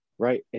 right